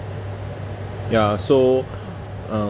ya so um